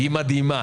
היא מדהימה.